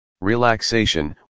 relaxation